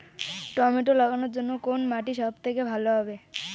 Tomato লাগানোর জন্যে কোন মাটি সব থেকে ভালো হবে?